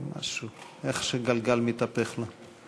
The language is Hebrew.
משהו, איך שגלגל מתהפך לו.